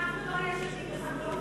אנחנו לא יש עתיד, אנחנו